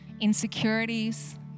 insecurities